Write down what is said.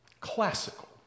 classical